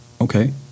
okay